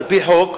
על-פי חוק